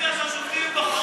אני מציע שהשופטים ייבחרו